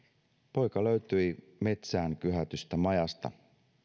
poika löytyi metsään kyhätystä majasta